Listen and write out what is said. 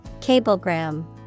Cablegram